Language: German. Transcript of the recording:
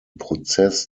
prozess